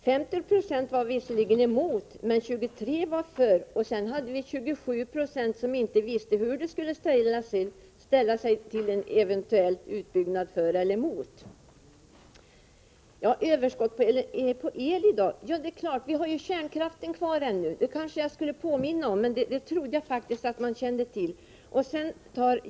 50 90 var visserligen mot utbyggnad, men 23 0 var för och 27 90 visste inte hur de skulle ställa sig. Det har talats om att det i dag finns ett överskott på el. Ja, vi har ju kärnkraften kvar ännu. Jag trodde att alla kände till det, men jag kanske måste påminna om det.